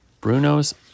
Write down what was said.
Bruno's